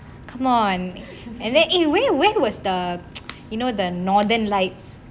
come on where where was the you know the northen lights